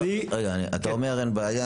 אתה אומר אין בעיה,